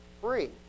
free